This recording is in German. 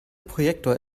projektor